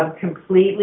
completely